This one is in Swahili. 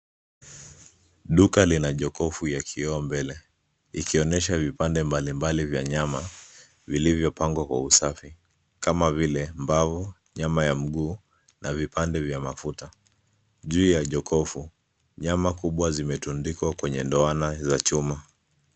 Duka lina jokofu ya kioo mbele ikionyesha vipande mbalimbali vya nyama vilivyopangwa kwa usafi. Kama vile mbavu, nyama ya mguu na upande vya mafuta. Juu ya jokofu nyama kubwa zimetundikwa kwenye dohana za chuma.